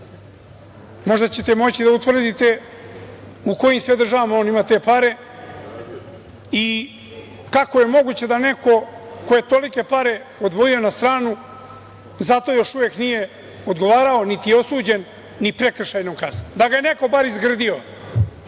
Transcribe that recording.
možda ćete moći da utvrdite u kojim sve državama on ima te pare i kako je moguće da neko ko je tolike pare odvojio na stranu za to još uvek nije odgovarao niti je osuđen ni prekršajnom kaznom. Da ga je neko bar izgrdio!